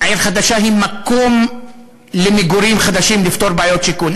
שעיר חדשה היא מקום למגורים חדשים כדי לפתור בעיות שיכון,